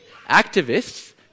activists